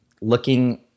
looking